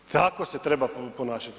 Tako se treba ponašati.